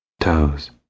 Toes